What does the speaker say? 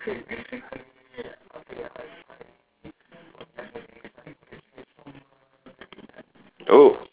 oh